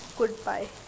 goodbye